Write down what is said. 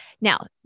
Now